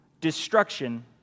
destruction